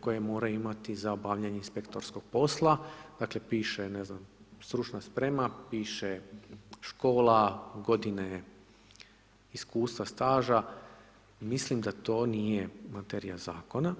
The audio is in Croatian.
koje moraju imati za obavljanje inspektorskog posla, dakle, piše, ne znam, stručna sprema, piše škola godine iskustva staža, mislim da to nije materija zakona.